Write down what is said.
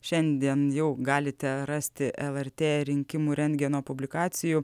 šiandien jau galite rasti lrt rinkimų rentgeno publikacijų